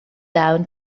down